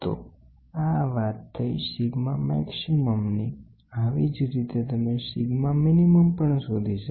તો આ વાત થઇ સિગ્મા મહત્તમ ની આવી જ રીતે તમે સિગ્મા લઘુતમ પણ શોધી શકો